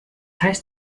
heißt